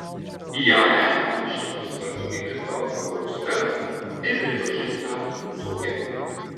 iae šimtus kartų tikrinta vakarų ekspertų ir pripažinta saugia